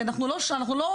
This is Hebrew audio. כי אנחנו לא שם,